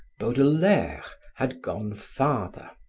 baudelaire had gone farther.